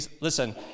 listen